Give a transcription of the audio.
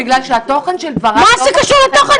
בגלל שהתוכן של דבריי לא --- מה זה קשור לתוכן?